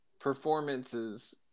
performances